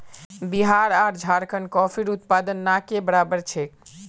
बिहार आर झारखंडत कॉफीर उत्पादन ना के बराबर छेक